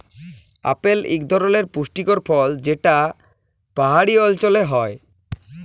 apple ইক ধরলের পুষ্টিকর ফল যেট পাহাড়ি অল্চলে হ্যয়